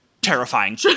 terrifying